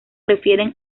refieren